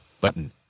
button